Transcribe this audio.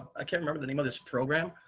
i can't remember the name of this program,